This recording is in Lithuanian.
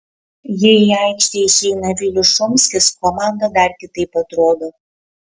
jei į aikštę išeina vilius šumskis komanda dar kitaip atrodo